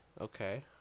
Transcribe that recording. Okay